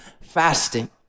fasting